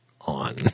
on